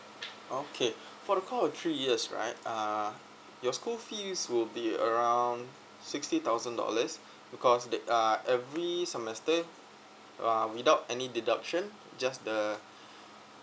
okay for the cost of three years right uh your school fees will be around sixty thousand dollars but there are every semester uh without any deduction just the